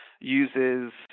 uses